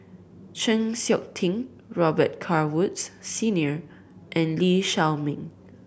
Chng Seok Tin Robet Carr Woods Senior and Lee Shao Meng